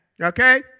okay